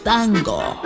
Tango